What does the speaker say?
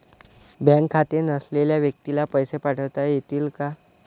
Bank खाते नसलेल्या व्यक्तीला पैसे पाठवता येतील का?